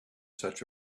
such